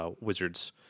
Wizards